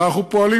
אנחנו פועלים